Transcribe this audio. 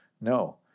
no